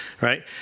right